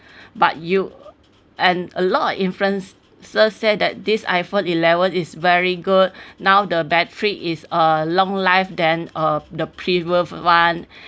but you and a lot of influencer said that this iphone eleven is very good now the battery is uh long life than uh the previous one